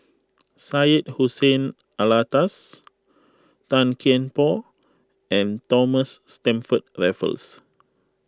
Syed Hussein Alatas Tan Kian Por and Thomas Stamford Raffles